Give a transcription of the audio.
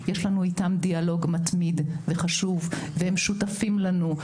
יש לנו איתם דיאלוג מתמיד וחשוב והם שותפים לנו,